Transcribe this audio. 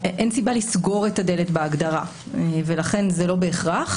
אין סיבה לסגור את הדלת בהגדרה, ולכן זה לא בהכרח.